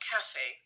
Cafe